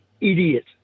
idiot